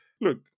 look